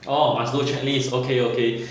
oo must-do checklist okay okay